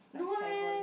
no leh